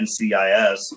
NCIS